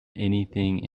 anything